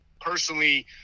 personally